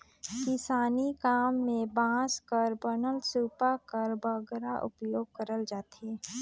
किसानी काम मे बांस कर बनल सूपा कर बगरा उपियोग करल जाथे